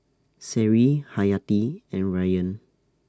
Seri Hayati and Rayyan